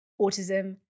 autism